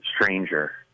stranger